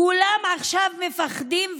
כולם עכשיו מפחדים ומבוהלים.